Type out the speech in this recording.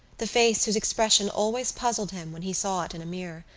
the face whose expression always puzzled him when he saw it in a mirror,